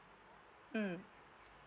mm